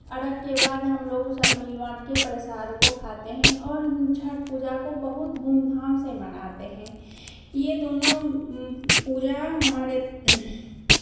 अर्घ्य के बाद ही हमलोग वो सब मिल बाँट के प्रसाद को खाते हैं और हम छठ पूजा को बहुत धूमधाम से मनाते हैं ये दोनों पूजा हमारे